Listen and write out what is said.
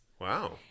Wow